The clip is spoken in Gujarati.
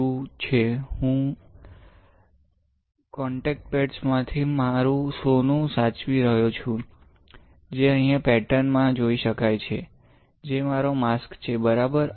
શું છે હું કોંટેક્ટ પેડ્સ માંથી મારું સોનું સાચવી રહ્યો છું જે અહીં પેટર્ન માં જોઈ શકાય છે જે મારો માસ્ક છે બરાબર